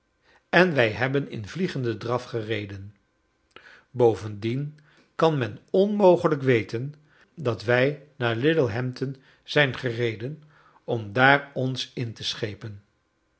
en wij hebben in vliegenden draf gereden bovendien kan men onmogelijk weten dat wij naar littlehampton zijn gereden om daar ons in te schepen